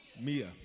Mia